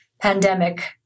pandemic